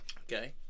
okay